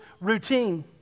routine